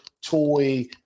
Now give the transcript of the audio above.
toy